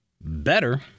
better